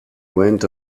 went